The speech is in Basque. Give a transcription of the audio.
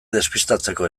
despistatzeko